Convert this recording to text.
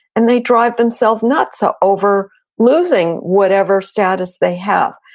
and they drive themselves nuts so over losing whatever status they have.